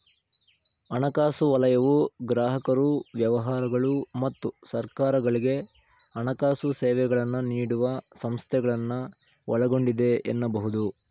ಹಣಕಾಸು ವಲಯವು ಗ್ರಾಹಕರು ವ್ಯವಹಾರಗಳು ಮತ್ತು ಸರ್ಕಾರಗಳ್ಗೆ ಹಣಕಾಸು ಸೇವೆಗಳನ್ನ ನೀಡುವ ಸಂಸ್ಥೆಗಳನ್ನ ಒಳಗೊಂಡಿದೆ ಎನ್ನಬಹುದು